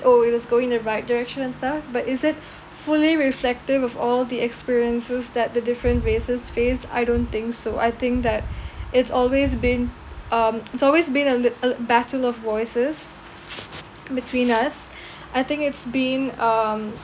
oh it is going in the right direction and stuff but is it fully reflective of all the experiences that the different races face I don't think so I think that it's always been um it's always been a lit uh a battle of voices between us I think it's been um